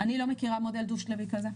אני לא מכירה מודל דו שלבי כזה.